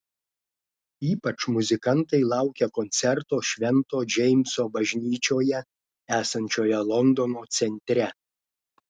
ypač muzikantai laukia koncerto švento džeimso bažnyčioje esančioje londono centre